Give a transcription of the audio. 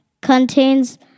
contains